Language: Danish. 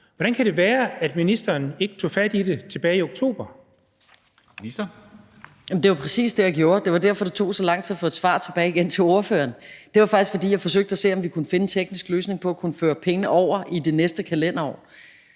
og undervisningsministeren (Pernille Rosenkrantz-Theil): Jamen det var præcis det, jeg gjorde. Det var derfor, det tog så lang tid at få et svar tilbage til ordføreren. Det var faktisk, fordi jeg forsøgte at se, om vi kunne finde en teknisk løsning på at kunne føre pengene over i det næste kalenderår.